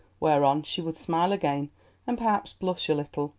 whereon she would smile again and perhaps blush a little,